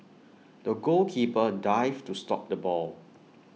the goalkeeper dived to stop the ball